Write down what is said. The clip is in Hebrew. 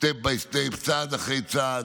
step by step, צעד אחרי צעד,